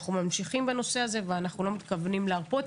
שאנחנו ממשיכים בנושא הזה ואנחנו לא מתכוונים להרפות.